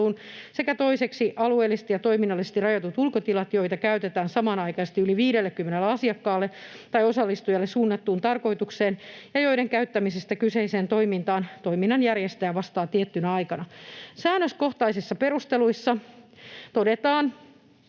sekä toiseksi alueellisesti ja toiminnallisesti rajatut ulkotilat, joita käytetään samanaikaiseen yli 50 asiakkaalle tai osallistujalle suunnattuun tarkoitukseen ja joiden käyttämisestä kyseiseen toimintaan toiminnan järjestäjä vastaa tiettynä aikana. Säännöskohtaisissa perusteluissa todetaan,